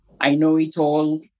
I-know-it-all